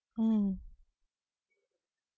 mm